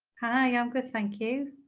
hi. i'm good, thank you.